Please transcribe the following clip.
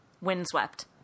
windswept